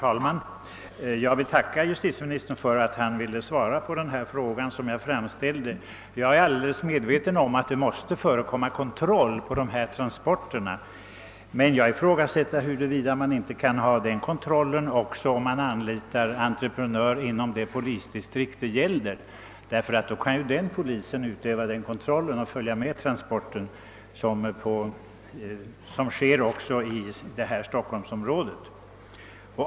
Herr talman! Jag tackar justitieministern för att han ville svara på den fråga som jag framställde. Jag är medveten om att det måste förekomma kontroll på dessa transporter, men jag ifrågasätter om inte den kontrollen kan utföras även om man anlitar entreprenör inom det polisdistrikt som det gäller. Då skulle polisen kunna utöva kontrollen och följa med transporterna såsom sker inom stockholmsområdet.